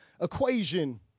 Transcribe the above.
equation